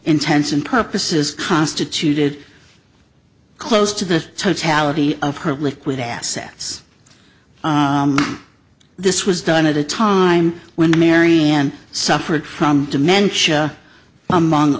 intents and purposes constituted close to the totality of her liquid assets this was done at a time when marianne suffered from dementia among